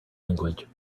language